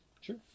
Sure